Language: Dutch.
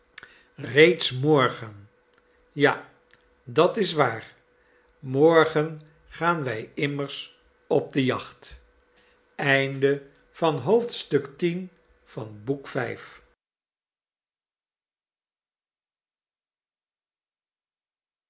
reeds morgen ja dat is waar morgen gaan wij immers op de jacht xi